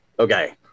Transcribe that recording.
Okay